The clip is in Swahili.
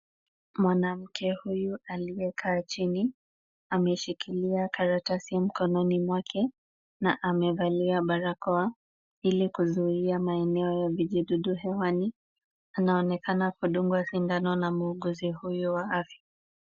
Mwanamke huyu aliyekaa chini, ameshikilia karatasi mkononi mwake na amevalia barakoa ili kuzuia maeneo ya vijidudu hewani. Anaonekana kudungwa sindano na muuguzi huyu wa afya.